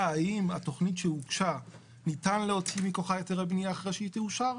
האם התכנית שהוגשה ניתן להוציא מכוחה היתרי בנייה אחרי שהיא תאושר,